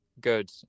good